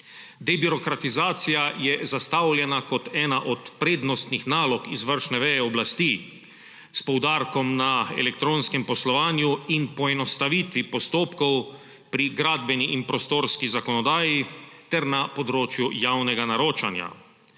Debirokratizacija je zastavljena kot ena od prednostnih nalog izvršne veje oblasti s poudarkom na elektronskem poslovanju in poenostavitvi postopkov pri gradbeni in prostorski zakonodaji ter na področju javnega naročanja.